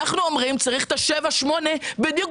אנחנו אומרים שצריך שבע-שמונה בדיוק